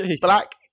black